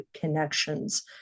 connections